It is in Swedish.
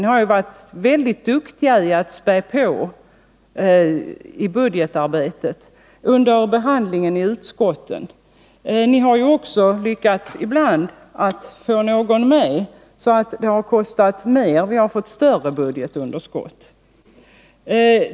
Ni har ju varit väldigt duktiga på att spä på i budgetarbetet under behandlingen i utskotten. Ni har ibland också lyckats få någon med er på förslag som har kostat mer, och vi har fått ett större budgetunderskott.